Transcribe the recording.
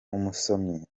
umusomyi